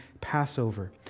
Passover